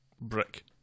brick